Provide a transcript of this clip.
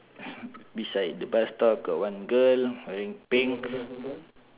beside the bus stop got one girl wearing pink